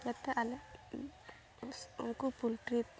ᱡᱟᱛᱮ ᱟᱞᱮ ᱩᱱᱠᱩ ᱯᱳᱞᱴᱨᱤ